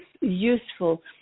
useful